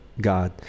God